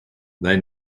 they